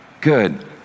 good